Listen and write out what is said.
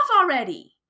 already